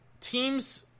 teams